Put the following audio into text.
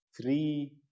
three